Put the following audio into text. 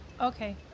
Okay